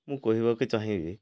ମୁଁ କହିବାକୁ ଚାହିଁବି